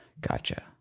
gotcha